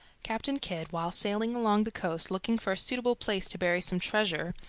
captain kidd while sailing along the coast, looking for a suitable place to bury some treasure,